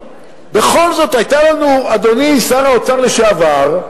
בכל זאת היתה לנו, אדוני שר האוצר לשעבר,